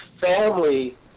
family